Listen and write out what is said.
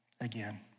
again